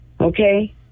okay